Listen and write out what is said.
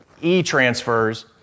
E-transfers